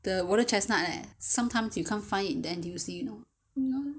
the water chestnut leh sometimes you can't find it in the N_T_U_C you know